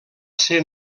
ser